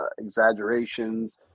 exaggerations